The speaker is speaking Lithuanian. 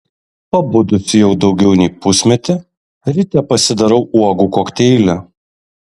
pabudusi jau daugiau nei pusmetį ryte pasidarau uogų kokteilį